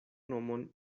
nomon